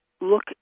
look